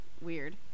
weird